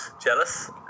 jealous